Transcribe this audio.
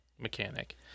mechanic